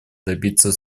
добиться